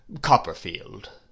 Copperfield